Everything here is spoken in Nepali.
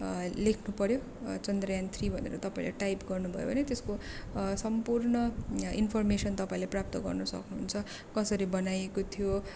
लेख्नु पर्यो चन्द्रयान थ्री भनेर तपाईँहरूले टाइप गर्नु भयो भने त्यसको सम्पूर्ण इनफर्मेसन तपाईँले प्राप्त गर्नु सक्नु हुन्छ कसरी बनाइएको थियो